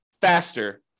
faster